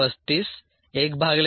35 1 भागिले 0